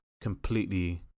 completely